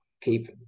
keep